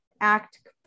act